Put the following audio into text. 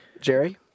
Jerry